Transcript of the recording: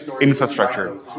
infrastructure